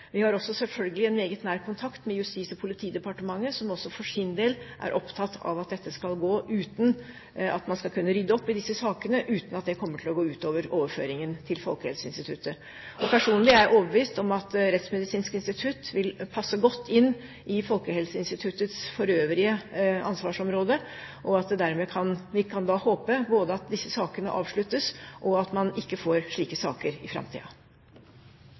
Vi har også selvfølgelig en meget nær kontakt med Justis- og politidepartementet, som også for sin del er opptatt av at man skal kunne rydde opp i disse sakene uten at det kommer til å gå ut over overføringen til Folkehelseinstituttet. Personlig er jeg overbevist om at Rettsmedisinsk institutt vil passe godt inn i Folkehelseinstituttets øvrige ansvarsområde, og at vi dermed kan håpe både at disse sakene avsluttes og at man ikke får slike saker i